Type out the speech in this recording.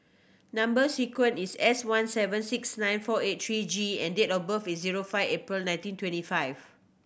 number sequence is S one seven six nine four eight three G and date of birth is zero five April nineteen twenty five